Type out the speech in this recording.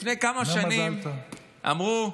לפני כמה שנים אמרו: